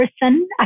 person